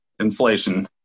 inflation